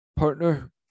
partner